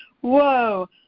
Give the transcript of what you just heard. Whoa